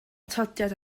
atodiad